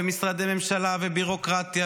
משרדי ממשלה ובירוקרטיה,